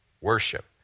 worship